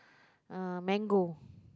uh mango